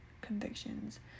convictions